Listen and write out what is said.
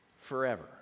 forever